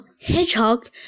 Hedgehog